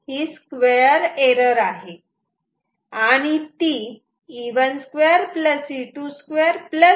आणि ती अशी आहे